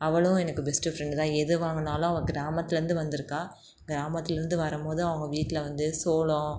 அவளும் எனக்கு பெஸ்ட் ஃப்ரெண்ட்தான் எது வாங்கினாலும் அவள் கிராமத்திலேருந்து வந்துருக்காள் கிராமத்திலேருந்து வரும்போது அவங்க வீட்டில் வந்து சோளம்